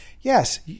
yes